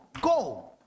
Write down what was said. go